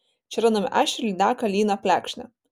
čia randame ešerį lydeką lyną plekšnę